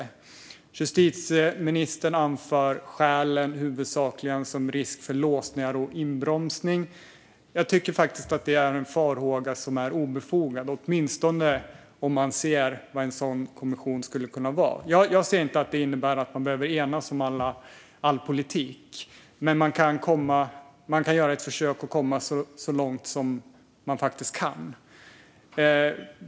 Som skäl anför justitieministern i huvudsak risk för låsningar och inbromsning. Jag tycker faktiskt att det är en farhåga som är obefogad, åtminstone om man ser vad en sådan kommission skulle kunna göra. Jag ser inte att det innebär att man behöver enas om all politik. Men man kan göra ett försök att komma så långt som man faktiskt kan.